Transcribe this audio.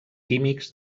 químics